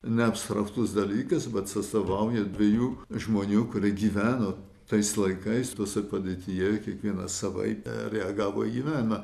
ne abstraktus dalykas bet atstovauja dviejų žmonių kurie gyveno tais laikais tose padėtyje ir kiekvieną savaitę reagavo į gyvenimą